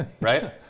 right